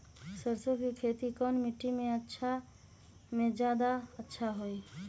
सरसो के खेती कौन मिट्टी मे अच्छा मे जादा अच्छा होइ?